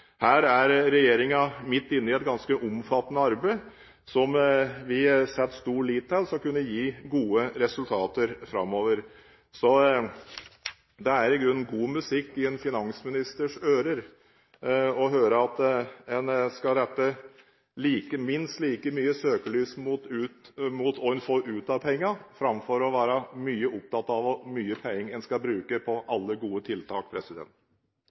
Her er regjeringen midt inne i et ganske omfattende arbeid, som vi setter stor lit til vil kunne gi gode resultater framover. Det er i grunnen god musikk i en finansministers ører å høre at en skal rette søkelyset minst like mye mot hva en får ut av pengene, framfor å være veldig opptatt av hvor mye penger en skal bruke på alle gode tiltak.